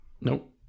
Nope